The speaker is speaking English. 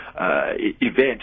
event